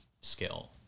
skill